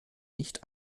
nicht